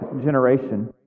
generation